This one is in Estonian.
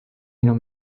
minu